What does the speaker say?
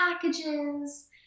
packages